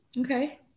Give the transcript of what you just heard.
Okay